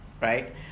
right